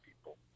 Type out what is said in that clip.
people